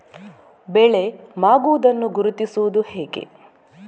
ಬೆಳೆ ಮಾಗುವುದನ್ನು ಗುರುತಿಸುವುದು ಹೇಗೆ?